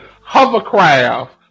hovercraft